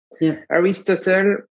Aristotle